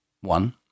One